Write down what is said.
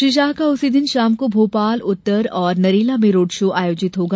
श्री शाह का उसी दिन शाम को भोपाल उत्तर एवं नरेला में रोड शो आयोजित होगा